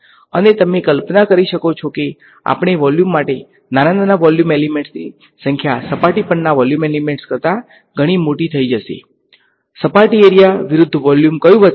અને તમે કલ્પના કરી શકો છો કે આપેલ વોલ્યુમ માટે નાના નાના વોલ્યુમ એલીમેંટ્સ ની સંખ્યા સપાટી પરના એલીમેંટસ કરતા ઘણી મોટી થઈ જશે સપાટી એરીયા વિરુદ્ધ વોલ્યુમ કયુ વધસે